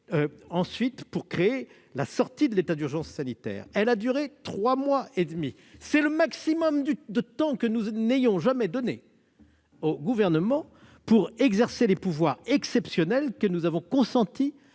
le régime de sortie de l'état d'urgence sanitaire, qui a duré trois mois et demi. C'est le maximum de temps que nous ayons jamais donné au Gouvernement pour exercer les pouvoirs exceptionnels que nous avons consenti